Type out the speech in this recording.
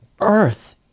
earth